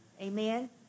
Amen